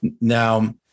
Now